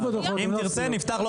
אם אתה רוצה, נפתח את